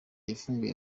yafunguye